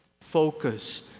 Focus